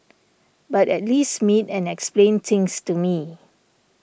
but at least meet and explain things to me